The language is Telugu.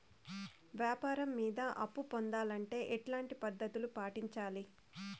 వ్యాపారం మీద అప్పు పొందాలంటే ఎట్లాంటి పద్ధతులు పాటించాలి?